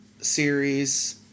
series